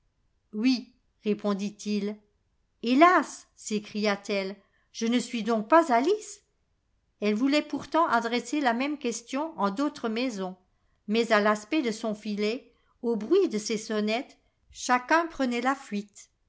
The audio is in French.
oui répondit-il hélas s'écria-t-elle je ne suis donc pas alice elle voulait pourtant adresser la même question en d'autres maisons mais à l'aspect de son filet au bruit de ses sonnettes chacun prenait la faite